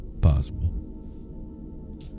Possible